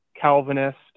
Calvinist